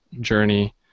journey